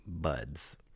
buds